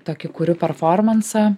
tokį kuriu performansą